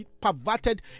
perverted